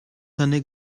seine